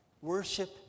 worship